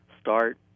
start